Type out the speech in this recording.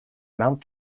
mount